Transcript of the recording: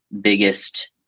biggest